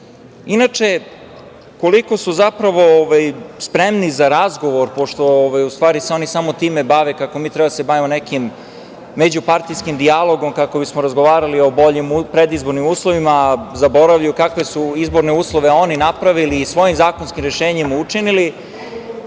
njih. Inače, koliko su zapravo spremni za razgovor, pošto se oni u stvari samo time bave, kako mi treba da se bavimo nekim međupartijskim dijalogom, kako bismo razgovarali o boljim predizbornim uslovima, zaboravljaju kakve su izborne uslove oni napravili i svojim zakonskim rešenjem učinili,